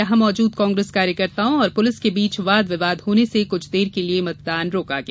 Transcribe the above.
यहां मौजूद कांग्रेस कार्यकर्ताओं और पुलिस के बीच वाद विवाद होने से कुछ देर के लिए मतदान रोका गया